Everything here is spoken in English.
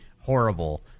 horrible